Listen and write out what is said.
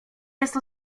jest